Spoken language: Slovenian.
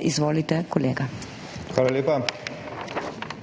Izvolite kolega. MAG.